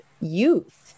youth